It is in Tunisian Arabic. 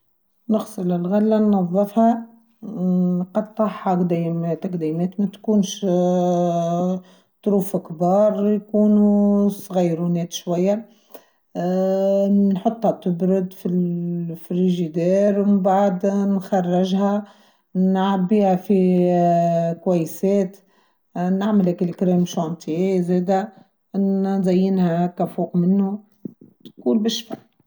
نغسل الغلة ننظفها نقطعها قديمات قديمات متكونش طروفها كبار يكونوا صغيرونات شوية اااا نحطها تبرد في الفريجيدير وبعد نخرجها نعبيها في كويسات نعمل اكل كريم شانتيه زيدا نزينها كفوق منه كل بالشفاء.